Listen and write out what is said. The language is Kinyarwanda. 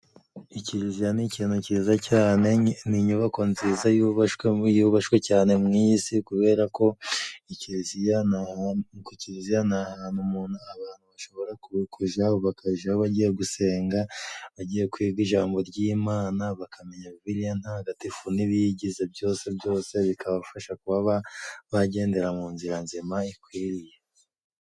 Ikiraziya ni ikintu cyiza cyane. Ni inyubako nziza yubashwe yubashwe cyane mu iyi si kubera ko ikiliziya kiliziya ni ahantu umuntu abantu bashobora kuja bakaja bagiye gusenga, bagiye kwiga ijambo ry'Imana bakamenya bibiliya ntagatifu n'ibiyigize byose byose bikabafasha kuba bagendera mu nzira nzima ikwiriye.